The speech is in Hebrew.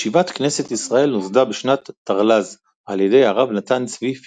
ישיבת "כנסת ישראל" נוסדה בשנת תרל"ז על ידי הרב נתן צבי פינקל,